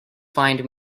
find